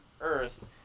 Earth